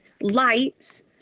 lights